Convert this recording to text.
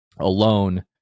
alone